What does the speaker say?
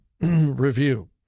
review